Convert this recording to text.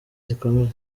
zikomeye